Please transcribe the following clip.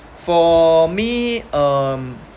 for me um